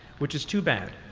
which is too bad.